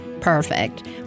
Perfect